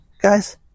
guys